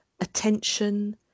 attention